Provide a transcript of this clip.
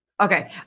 Okay